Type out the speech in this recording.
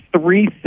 three